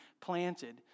planted